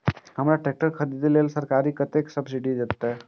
हमरा ट्रैक्टर खरदे के लेल सरकार कतेक सब्सीडी देते?